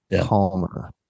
calmer